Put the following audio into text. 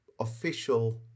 official